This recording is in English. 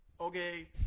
okay